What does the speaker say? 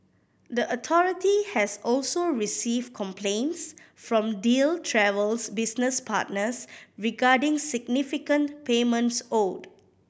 the authority has also received complaints from Deal Travel's business partners regarding significant payments owed